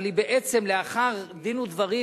אבל היא בעצם לאחר דין ודברים,